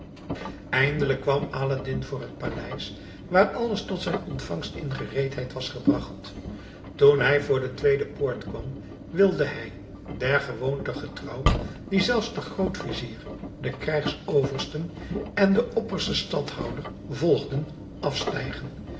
eindelijk kwam aladdin voor het paleis waar alles tot zijn ontvangst in gereedheid was gebracht toen hij voor de tweede poort kwam wilde hij der gewoonte getrouw die zelfs de grootvizier de krijgsoversten en de opperstadhouder volgden afstijgen